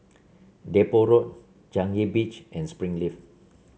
Depot Road Changi Beach and Springleaf